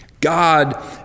God